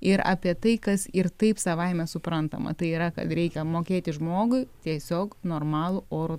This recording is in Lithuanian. ir apie tai kas ir taip savaime suprantama tai yra kad reikia mokėti žmogui tiesiog normalų orų